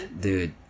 Dude